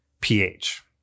pH